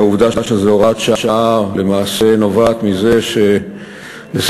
העובדה שזו הוראת שעה למעשה נובעת מזה שלשמחתנו